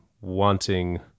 wanting